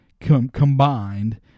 combined